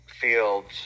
Fields